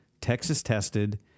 Texas-tested